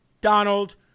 Donald